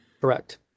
Correct